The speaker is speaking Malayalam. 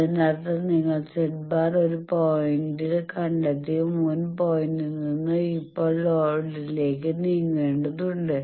അതിനർത്ഥം നിങ്ങൾ z̄ ഒരു പോയിന്റ് കണ്ടെത്തിയ മുൻ പോയിന്റിൽ നിന്ന് ഇപ്പോൾ ലോഡിലേക്ക് നീങ്ങേണ്ടതുണ്ട്